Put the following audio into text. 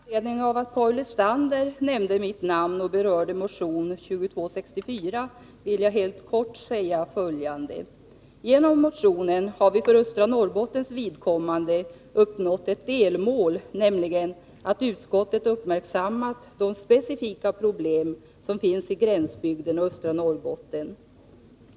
Fru talman! Med anledning av att Paul Lestander nämnde mitt namn och berörde motion 2264 vill jag helt kort säga följande. Genom motionen har vi för östra Norrbottens vidkommande uppnått ett delmål, nämligen att utskottet har uppmärksammat de specifika problem som finns i gränsbygden och östra Norrbotten.